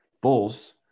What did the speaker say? Bulls